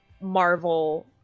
Marvel